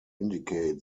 indicate